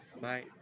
Bye